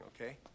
okay